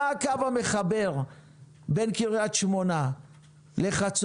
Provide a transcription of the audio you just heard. מה הקו המחבר בין קריית שמונה לחצור,